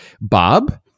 Bob